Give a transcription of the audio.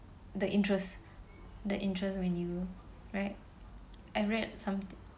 the interest the interest when you right I read sometime